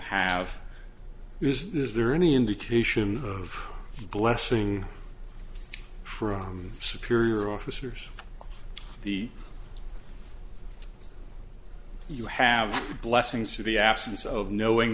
have is there any indication of blessing from superior officers the you have blessings for the absence of knowing